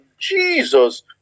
Jesus